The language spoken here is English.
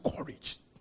courage